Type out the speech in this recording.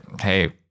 Hey